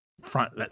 front